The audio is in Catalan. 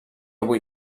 avui